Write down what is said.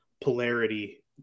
polarity